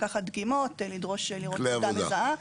לקחת דגימות ולדרוש ולראות תעודה מזהה.